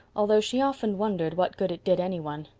although she often wondered what good it did any one,